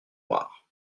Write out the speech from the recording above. noirs